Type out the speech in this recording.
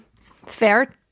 fair